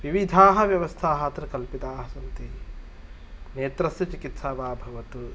विविधाः व्यवस्थाः अत्र कल्पिताः सन्ति नेत्रस्य चिकित्सा वा भवतु